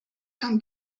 can